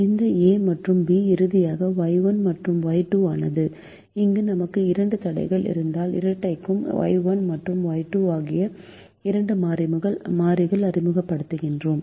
அந்த A மற்றும் B இறுதியாக Y1 மற்றும் Y2 ஆனது இங்கு நமக்கு இரண்டு தடைகள் இருந்ததால் இரட்டைக்கு Y1 மற்றும் Y2 ஆகிய இரண்டு மாறிகள் அறிமுகப்படுத்தினோம்